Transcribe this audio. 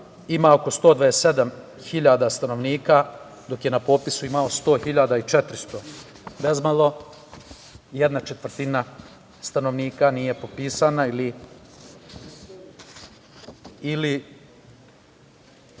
ima oko 127 hiljada stanovnika, dok je na popisu imao 100.400 bezmalo, jedna četvrtina stanovnika nije popisana ili